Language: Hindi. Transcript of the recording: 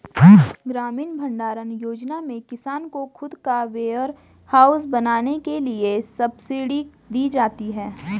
ग्रामीण भण्डारण योजना में किसान को खुद का वेयरहाउस बनाने के लिए सब्सिडी दी जाती है